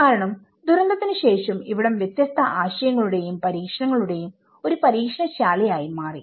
കാരണം ദുരന്തത്തിന് ശേഷം ഇവിടം വ്യത്യസ്ത ആശയങ്ങളുടെയും പരീക്ഷണങ്ങളുടെയും ഒരു പരീക്ഷണശാലയായി മാറി